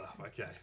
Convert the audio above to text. Okay